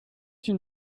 une